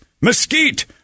mesquite